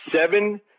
Seven